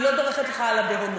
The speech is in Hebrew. אני לא דורכת לך על הבהונות.